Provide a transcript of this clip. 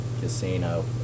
Casino